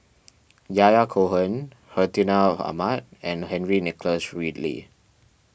Yahya Cohen Hartinah Ahmad and Henry Nicholas Ridley